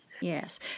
Yes